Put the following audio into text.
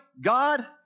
God